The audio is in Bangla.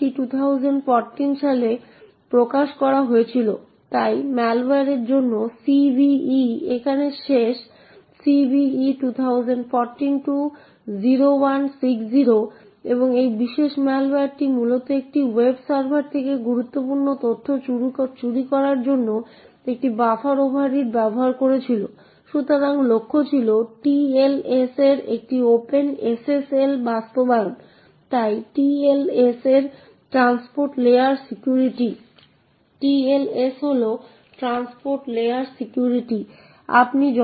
এটি নোট করুন এবং আমার এখানে একটি নোটপ্যাড আছে এবং এড্রেসটি 0804851b হিসাবে নোট করুন যেমন printf থেকে রিটার্ন এড্রেস ফেরত হয় এড্রেস থেকে printf ঠিক আছে